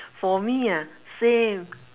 for me ah same